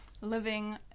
living